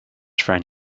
friend